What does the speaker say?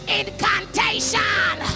incantation